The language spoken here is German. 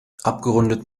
abgerundet